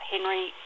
Henry